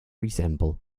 resemble